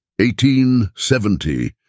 1870